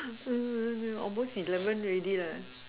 almost eleven already